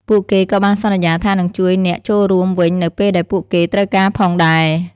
ពួកគេក៏បានសន្យាថានឹងជួយអ្នកចូលរួមវិញនៅពេលដែលពួកគេត្រូវការផងដែរ។